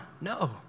No